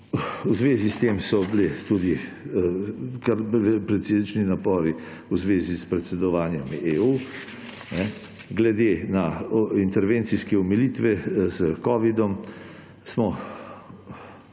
V zvezi s tem so bili tudi kar precejšnji napori v zvezi s predsedovanjem EU. Glede na intervencijske omilitve zaradi covida smo